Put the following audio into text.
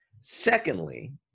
Secondly